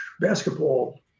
basketball